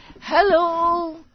Hello